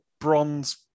Bronze